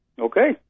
Okay